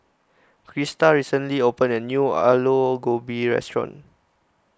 Crista recently opened a new Aloo Gobi restaurant